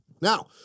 Now